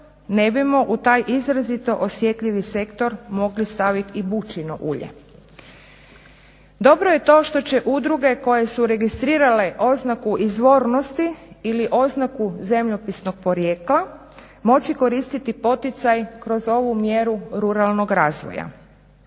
ne bismo u taj izrazito osjetljivi sektor mogli stavit i bučino ulje. Dobro je to što će udruge koje su registrirale oznaku izvornosti ili oznaku zemljopisnog porijekla moći koristiti poticaj kroz ovu mjeru ruralnog razvoja.